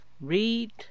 read